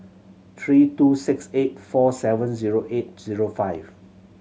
three two six eight four seven zero eight zero five